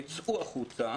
צאו החוצה,